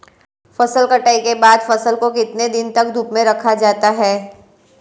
फसल कटाई के बाद फ़सल को कितने दिन तक धूप में रखा जाता है?